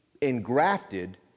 engrafted